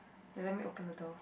they let me open the door